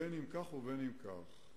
בין אם כך ובין אם כך,